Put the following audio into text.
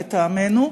לטעמנו,